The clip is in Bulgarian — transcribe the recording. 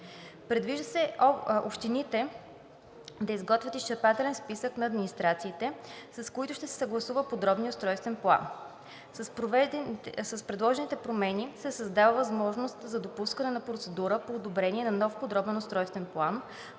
Предвижда се общините да изготвят изчерпателен списък на администрациите, с които ще се съгласува подробният устройствен план. С предложените промени се създава възможност за допускане на процедура по одобрение на нов подробен устройствен план,